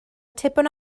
tipyn